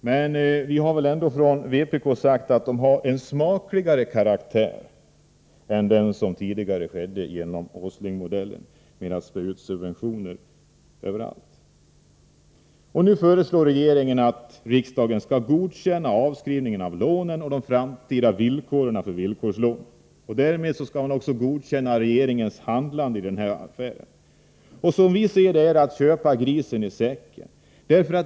Men vi har från vpk:s sida sagt att de har en smakligare karaktär än de tidigare åtgärderna enligt Åslingmodellen, då man strödde ut subventioner överallt. Nu föreslår regeringen att riksdagen skall godkänna avskrivningen av lånen och de framtida villkoren för villkorslån. Därmed skall riksdagen godkänna regeringens handlande i den här affären. Som vi ser det är detta att köpa grisen i säcken.